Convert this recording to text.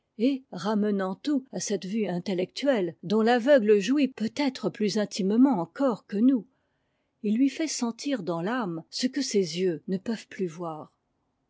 ramenant tout à cette vue intellectuèlle dont l'aveugle jouit peut-être plus intimement encore que nous il lui fait sentir dans l'âme ce que ses yeux ne peuvent plus voir